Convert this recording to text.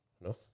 No